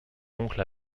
oncle